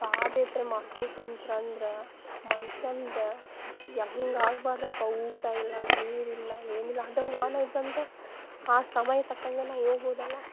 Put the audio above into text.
ಪಾದಯಾತ್ರೆ ಮಾಡ್ಕೋ ಕುಂತ್ರು ಅಂದ್ರೆ ಮನುಷ್ಯಂದ್ ಹೇಗ್ ಆಗಬಾರ್ದಪ್ಪ ಊಟ ಇಲ್ಲ ನೀರಿಲ್ಲ ಏನಿಲ್ಲ ಅದೇ ವಾಹನ ಇದ್ರೆ ಅಂದ್ರೆ ಆ ಸಮಯಕ್ಕೆ ತಕ್ಕಂಗೆ ನಾವು ಹೋಗ್ಬೋದು ಅಲ್ಲ